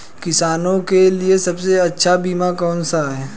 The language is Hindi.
किसानों के लिए सबसे अच्छा बीमा कौन सा है?